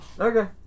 Okay